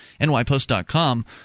NYPost.com